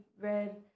read